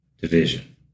Division